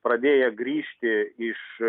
pradėję grįžti iš